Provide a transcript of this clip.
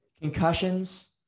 concussions